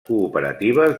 cooperatives